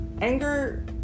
anger